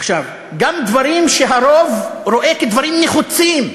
גם דברים שהרוב רואה כדברים נחוצים,